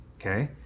okay